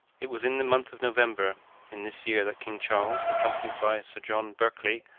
it was in the month of november in this year that king charles, accompanied by sir john berkely,